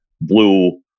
blue